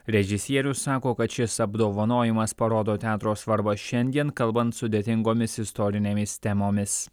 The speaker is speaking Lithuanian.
režisierius sako kad šis apdovanojimas parodo teatro svarbą šiandien kalbant sudėtingomis istorinėmis temomis